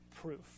proof